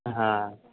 হ্যাঁ